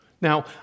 Now